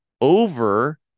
over